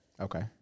Okay